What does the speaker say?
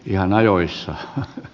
ihan heikoimpia